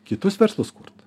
kitus verslus kurt